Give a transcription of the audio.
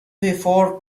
before